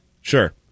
Sure